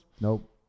Nope